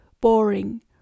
boring